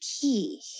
key